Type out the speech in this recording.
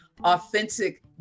authentic